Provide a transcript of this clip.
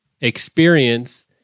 experience